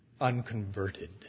unconverted